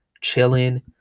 chilling